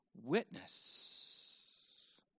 witness